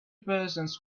persons